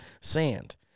sand